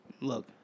Look